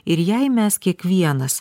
ir jei mes kiekvienas